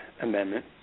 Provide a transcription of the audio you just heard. Amendment